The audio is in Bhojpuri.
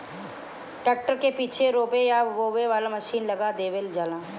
ट्रैक्टर के पीछे रोपे या बोवे वाला मशीन लगा देवल जाला